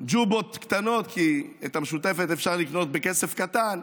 ג'ובות קטנות, כי את המשותפת אפשר לקנות בכסף קטן,